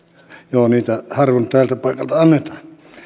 joo kunniaa harvoin tältä paikalta annetaan